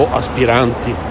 aspiranti